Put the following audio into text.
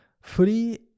Free